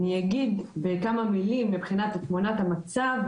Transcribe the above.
אני אגיד כמה מילים מבחינת תמונת המצב,